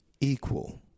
equal